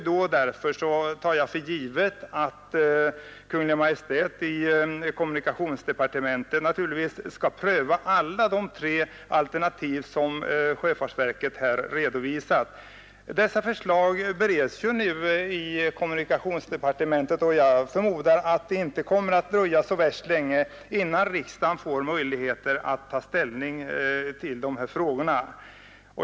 Därför tar jag för givet att Kungl. Maj:t skall pröva alla de tre alternativ som sjöfartsverket här redovisat. Dessa förslag bereds ju nu i kommunikationsdepartementet, och jag förmodar att det inte kommer att dröja så värst länge innan riksdagen får möjlighet att ta ställning till frågan.